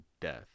death